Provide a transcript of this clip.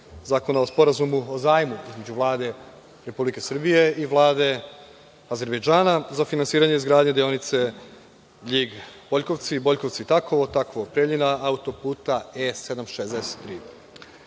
zakona o Sporazumu o zajmu između Vlade Republike Srbije i Vlade Azerbejdžana za finansiranje izgradnje deonice Ljig-Bojkovci-Bojkovci-Takovo-Takovo-Preljina Auto-puta